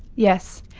yes.